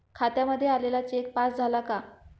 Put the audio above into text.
खात्यामध्ये आलेला cheque pass झाला का?